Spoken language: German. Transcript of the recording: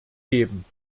geben